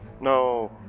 No